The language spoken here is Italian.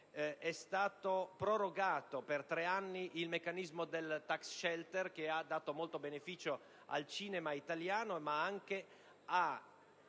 è stato prorogato per tre anni il meccanismo del *tax shelter*, che ha dato molto beneficio al cinema italiano, ma anche a